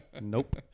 Nope